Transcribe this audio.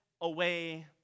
away